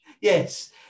Yes